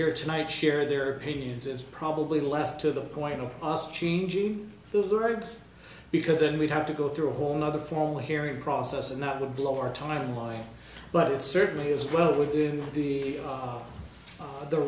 here tonight share their opinions it's probably less to the point of us changing the words because then we'd have to go through a whole nother formal hearing process and that would blow our timeline but it certainly is well within the